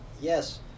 yes